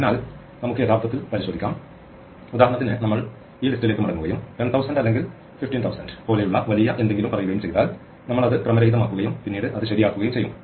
അതിനാൽ നമുക്ക് യഥാർത്ഥത്തിൽ പരിശോധിക്കാം ഉദാഹരണത്തിന് നമ്മൾ ഈ ലിസ്റ്റിലേക്ക് മടങ്ങുകയും 10000 അല്ലെങ്കിൽ 15000 പോലെയുള്ള വലിയ എന്തെങ്കിലും പറയുകയും ചെയ്താൽ നമ്മൾ അത് ക്രമരഹിതമാക്കുകയും പിന്നീട് അത് ശരിയാക്കുകയും ചെയ്യും